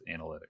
analytics